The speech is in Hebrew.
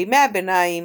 בימי הביניים